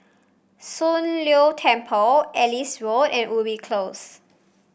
Soon Leng Temple Ellis Road and Ubi Close